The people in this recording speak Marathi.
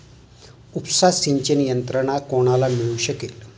उपसा सिंचन यंत्रणा कोणाला मिळू शकेल?